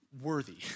worthy